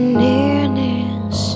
nearness